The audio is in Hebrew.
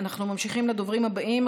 אנחנו ממשיכים לדוברים הבאים.